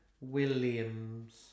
Williams